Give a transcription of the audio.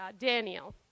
Daniel